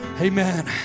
Amen